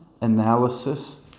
analysis